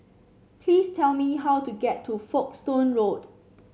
please tell me how to get to Folkestone Road